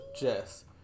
Jess